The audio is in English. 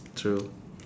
true